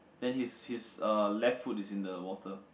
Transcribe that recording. then his his uh left foot is in the water